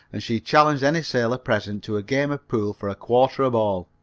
and she challenged any sailor present to a game of pool for a quarter a ball.